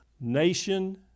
nation